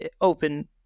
open